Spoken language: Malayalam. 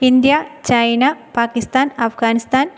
India China Pakistan Afghanistan